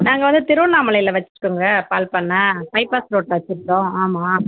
நாங்கள் வந்து திருவண்ணாமலையில் வச்சுருக்கோங்க பால் பண்ணை பைபாஸ் ரோட்டில் வச்சுருக்கோம் ஆமாம்